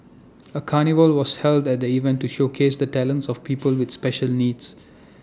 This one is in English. A carnival was held at the event to showcase the talents of people with special needs